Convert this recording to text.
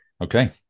Okay